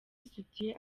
isutiye